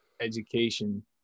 education